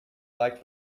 like